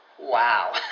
Wow